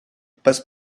passe